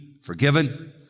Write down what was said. Forgiven